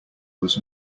was